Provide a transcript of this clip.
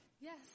Yes